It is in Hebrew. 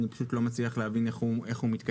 אני פשוט לא מצליח להבין איך הוא מתקיים.